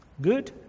Good